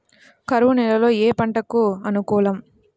కరువు నేలలో ఏ పంటకు అనుకూలం?